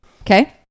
Okay